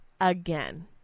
Again